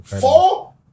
Four